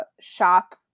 shop